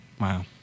Wow